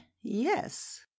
yes